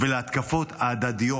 ולהתקפות ההדדיות